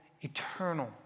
eternal